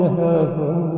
heaven